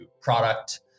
product